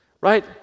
right